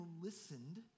listened